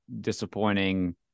disappointing